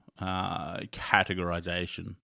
categorization